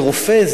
ברופא,